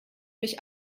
mich